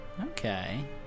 Okay